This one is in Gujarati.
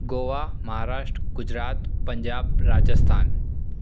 ગોવા મહારાષ્ટ્ર ગુજરાત પંજાબ રાજસ્થાન